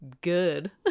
good